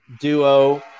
duo